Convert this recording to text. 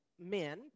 men